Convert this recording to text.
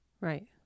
Right